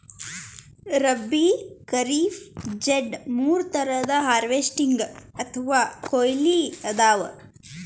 ರಬ್ಬೀ, ಖರೀಫ್, ಝೆಡ್ ಮೂರ್ ಥರದ್ ಹಾರ್ವೆಸ್ಟಿಂಗ್ ಅಥವಾ ಕೊಯ್ಲಿ ಅದಾವ